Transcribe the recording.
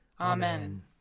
Amen